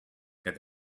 got